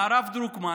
מהרב דרוקמן